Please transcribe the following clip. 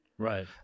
Right